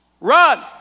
Run